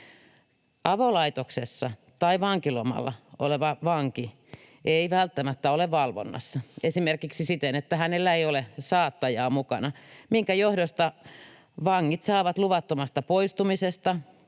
Avolaitoksessa tai vankilomalla oleva vanki ei välttämättä ole valvonnassa esimerkiksi siten, että hänellä ei ole saattajaa mukana, minkä johdosta vangit saavat luvattomasta poistumisesta